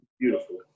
beautiful